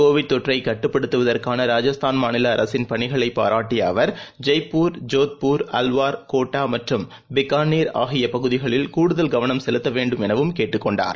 Covid தொற்றைகட்டுப்படுத்துவதற்கான ராஜஸ்தான் மாநிலஅரசின் பணிகளைபாராட்டியஅவர் ஜெய்ப்பூர் ஜோத்பூர் அல்வர் கோட்டாமற்றும் பிகாளிர் ஆகியபகுதிகளில் கூடுதல் கவனம் செலுத்தவேண்டும் எனவும் கேட்டுக் கொண்டார்